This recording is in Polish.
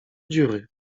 dziury